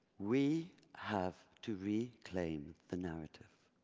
we have to reclaim the narrative.